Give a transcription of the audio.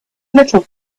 little